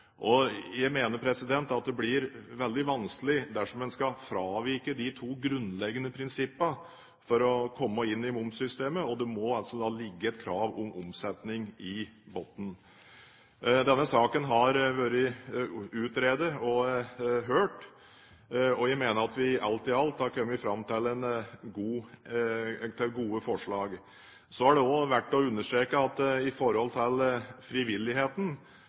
momssystemet. Det må ligge et krav om omsetning i bunnen. Denne saken har vært utredet og hørt. Jeg mener at vi alt i alt har kommet fram til gode forslag. Det er også verdt å understreke, sett i forhold til frivilligheten,